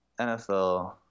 NFL